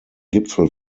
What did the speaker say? gipfel